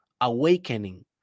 awakening